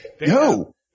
No